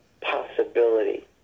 possibility